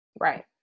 Right